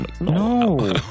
No